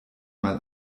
mal